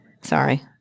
Sorry